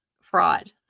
fraud